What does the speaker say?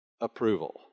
approval